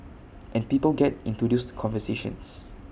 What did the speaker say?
and people get into those conversations